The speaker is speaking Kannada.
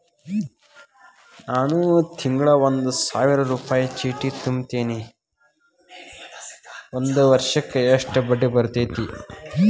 ನಾನು ತಿಂಗಳಾ ಒಂದು ಸಾವಿರ ರೂಪಾಯಿ ಚೇಟಿ ತುಂಬತೇನಿ ಒಂದ್ ವರ್ಷಕ್ ಎಷ್ಟ ಬಡ್ಡಿ ಬರತೈತಿ?